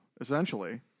essentially